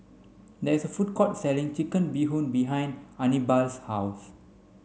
there is a food court selling chicken bee hoon behind Anibal's house